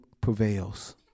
prevails